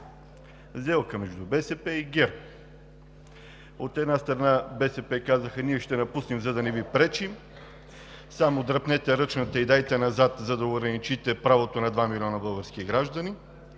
Сделка между БСП и ГЕРБ. От една страна, БСП казаха: „Ние ще напуснем, за да не Ви пречим, само дръпнете ръчната и дайте назад, за да ограничите правото на два милиона български граждани“,